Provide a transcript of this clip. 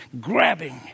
grabbing